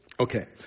Okay